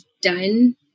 done